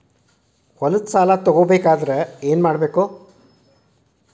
ಹೊಲದ ಸಾಲ ತಗೋಬೇಕಾದ್ರೆ ಏನ್ಮಾಡಬೇಕು?